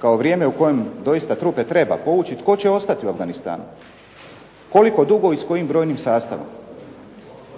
kao vrijeme u kojima doista trupe treba povući tko će ostati u Afganistanu? Koliko dugo i s kojim brojnim sastavom?